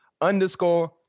underscore